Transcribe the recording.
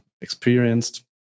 Experienced